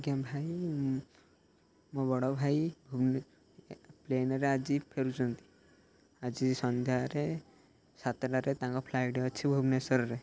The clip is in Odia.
ଆଜ୍ଞା ଭାଇ ମୋ ବଡ଼ ଭାଇ ପ୍ଲେନ୍ରେ ଆଜି ଫେରୁୁଛନ୍ତି ଆଜି ସନ୍ଧ୍ୟାରେ ସାତଟାରେ ତାଙ୍କ ଫ୍ଲାଇଟ୍ ଅଛି ଭୁବନେଶ୍ୱରରେ